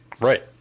Right